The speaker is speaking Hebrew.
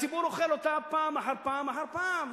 והציבור אוכל אותה פעם אחר פעם אחר פעם,